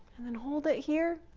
and then hold it here.